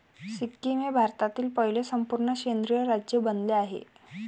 सिक्कीम हे भारतातील पहिले संपूर्ण सेंद्रिय राज्य बनले आहे